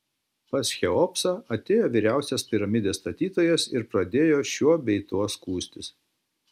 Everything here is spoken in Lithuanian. pas cheopsą atėjo vyriausiasis piramidės statytojas ir pradėjo šiuo bei tuo skųstis